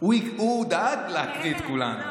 הוא דאג להקריא את כולם.